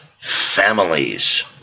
Families